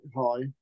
hi